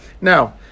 now